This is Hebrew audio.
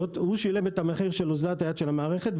הוא שילם את המחיר על אוזלת היד של המערכת,